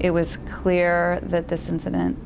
it was clear that this incident